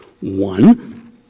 ONE